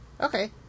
Okay